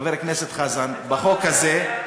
חבר הכנסת חזן, בחוק הזה,